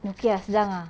okay ah senang ah